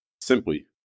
simply